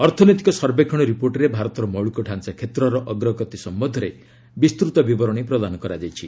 ଅର୍ଥନୈତିକ ସର୍ବେକ୍ଷଣ ରିପୋର୍ଟରେ ଭାରତର ମୌଳିକ ଡାଞ୍ଚା କ୍ଷେତ୍ରର ଅଗ୍ରଗତି ସମ୍ଭନ୍ଧରେ ବିସ୍ତୃତ ବିବରଣୀ ପ୍ରଦାନ କରାଯାଇଛି